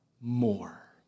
more